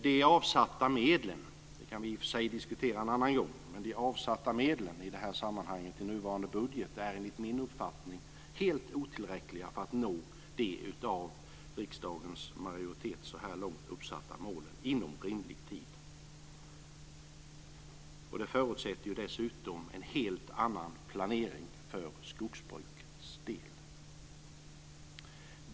De avsatta medlen - dem kan vi i och för sig diskutera en annan gång - i det här sammanhanget i nuvarande budget är, enligt min uppfattning, helt otillräckliga för att nå de av riksdagens majoritet så här långt uppsatta målen inom rimlig tid. Det förutsätter dessutom en helt annan planering för skogsbrukets del.